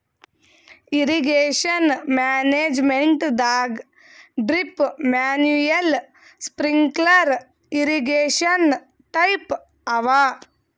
irrigation ಮ್ಯಾನೇಜ್ಮೆಂಟದಾಗ್ drip manual sprinkler irrigation type ಅವ